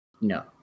No